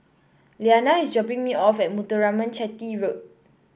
Liana is dropping me off at Muthuraman Chetty Road